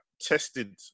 tested